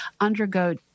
undergo